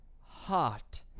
hot